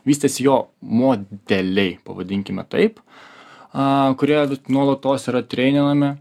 vystėsi jo modeliai pavadinkime taip kurie nuolatos yra treininami